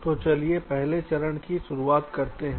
तो चलिए पहले चरण की शुरुआत करते हैं